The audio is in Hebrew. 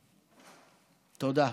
תודה.